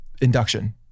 induction